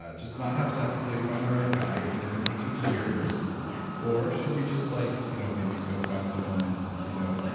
ah just not have sex until you find the right guy even if it takes you years? yeah. or should you just like you know maybe go find someone and bang a pool you know boy?